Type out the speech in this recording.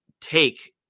take